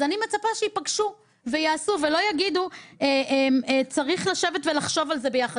אני מצפה שייפגשו ויעשו ולא יגידו: צריך לשבת ולחשוב על זה ביחד.